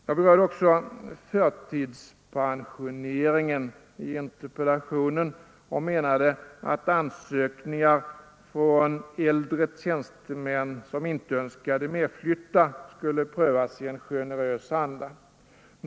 Jag berörde också förtidspensioneringen i interpellationen och menade att ansökningar från äldre tjänstemän som inte önskade medflytta skulle prövas i en generös anda.